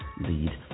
lead